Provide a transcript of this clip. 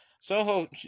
Soho